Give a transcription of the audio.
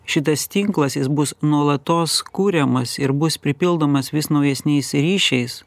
šitas tinklas jis bus nuolatos kuriamas ir bus pripildomas vis naujesniais ryšiais